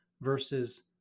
versus